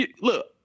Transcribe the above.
Look